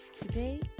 today